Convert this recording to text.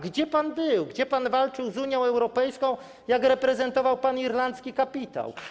Gdzie pan był, gdzie pan walczył z Unią Europejską, jak reprezentował pan irlandzki kapitał?